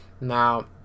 now